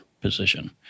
position